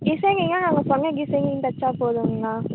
டிசைனிங்ன்னா நாங்கள் சொன்ன டிசைனிங் தச்சால் போதுங்கணா